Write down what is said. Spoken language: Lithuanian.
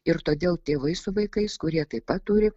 ir todėl tėvai su vaikais kurie taip pat turi